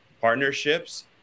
partnerships